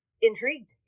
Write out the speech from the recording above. Intrigued